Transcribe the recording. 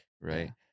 right